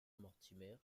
mortimer